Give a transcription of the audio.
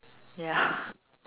ya